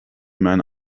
man